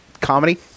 Comedy